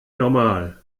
normal